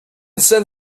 send